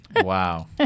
Wow